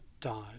died